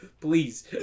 please